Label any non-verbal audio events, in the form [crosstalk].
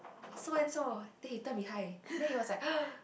so and so then he turn behind then he was like [noise]